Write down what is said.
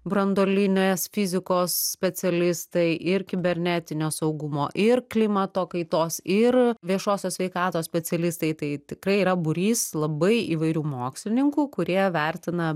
branduolinės fizikos specialistai ir kibernetinio saugumo ir klimato kaitos ir viešosios sveikatos specialistai tai tikrai yra būrys labai įvairių mokslininkų kurie vertina